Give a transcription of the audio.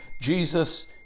Jesus